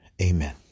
Amen